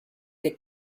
que